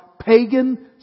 pagan